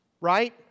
right